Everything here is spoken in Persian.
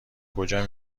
کجا